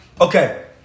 Okay